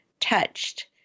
touched